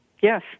yes